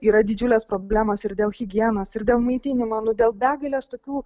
yra didžiulės problemos ir dėl higienos ir dėl maitinimo nu dėl begalės tokių